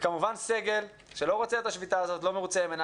כמובן סגל שלא רוצה את השביתה הזאת ולא מרוצה ממנה.